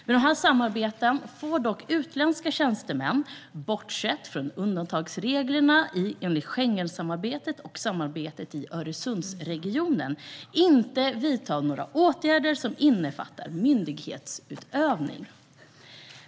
Vid dessa samarbeten får dock utländska tjänstemän inte vidta några åtgärder som innefattar myndighetsutövning, bortsett från undantagsreglerna enligt Schengensamarbetet och samarbetet i Öresundsregionen.